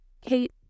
Kate